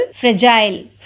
fragile